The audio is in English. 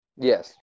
Yes